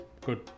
Good